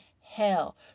hell